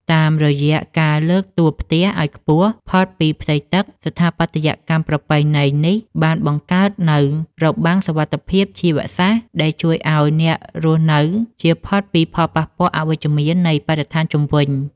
តាមរយៈការលើកតួផ្ទះឱ្យខ្ពស់ផុតពីផ្ទៃទឹក ស្ថាបត្យកម្មប្រពៃណីនេះបានបង្កើតនូវ របាំងសុវត្ថិភាពជីវសាស្ត្រ ដែលជួយឱ្យអ្នករស់នៅជៀសផុតពីផលប៉ះពាល់អវិជ្ជមាននៃបរិស្ថានជុំវិញ។